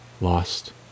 lost